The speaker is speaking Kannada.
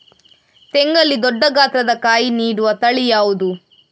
ತೆಂಗಲ್ಲಿ ದೊಡ್ಡ ಗಾತ್ರದ ಕಾಯಿ ನೀಡುವ ತಳಿ ಯಾವುದು?